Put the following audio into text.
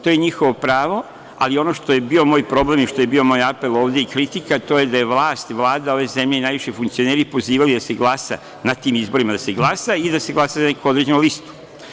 To je njihovo pravo, ali ono što je bio moj problem, moj apel ovde i kritika to je da su vlast i Vlada ove zemlje, najviši funkcioneri pozivali da se glasa na tim izborima i da se glasa za neku određenu listu.